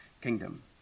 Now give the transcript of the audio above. kingdom